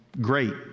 great